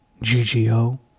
GGO